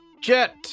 Jet